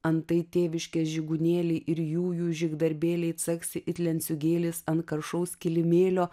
antai tėviškės žygunėliai ir jų žygdarbėliai caksi it lenciūgėlis ant karšaus kilimėlio